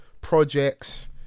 projects